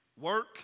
work